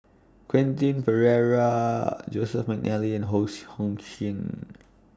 Quentin Pereira Joseph Mcnally and Hose Hong Sing